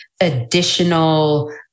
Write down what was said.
additional